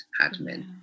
admin